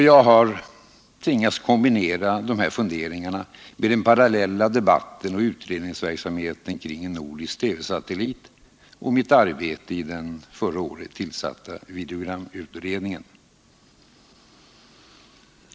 Jag har tvingats kombinera dessa funderingar med den parallella debatten och utredningsverksamheten kring en nordisk TV-satellit och mitt arbete i den förra året tillsatta videogramutredningen.